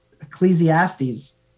Ecclesiastes